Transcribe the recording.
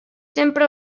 sempre